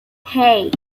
hey